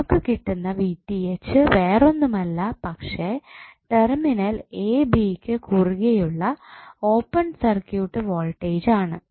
നമുക്ക് കിട്ടുന്ന വേറൊന്നുമല്ല പക്ഷെ ടെർമിനൽ എ ബി യ്ക്ക് കുറുകെയുള്ള ഓപ്പൺ സർക്യൂട്ട് വോൾട്ടേജ് ആണ്